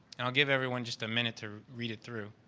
and i'll give everyone just a minute to read it through.